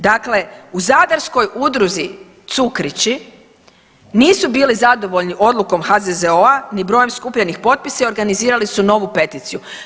Dakle, u zadarskoj Udruzi Cukrići nisu bili zadovoljni odlukom HZZO-a ni brojem skupljenih potpisa i organizirali su novu peticiju.